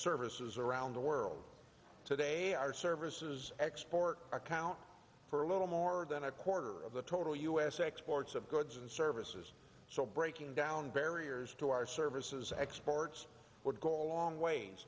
around the world today services export account for a little more than a quarter of the total u s exports of goods and services so breaking down barriers to our services exports would go a long way